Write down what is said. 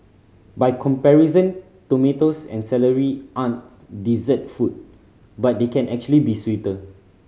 by comparison tomatoes and celery aren't dessert foods but they can actually be sweeter